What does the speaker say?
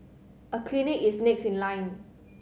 a clinic is next in line